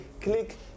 click